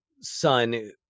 son